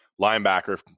linebacker